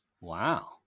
Wow